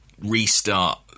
restart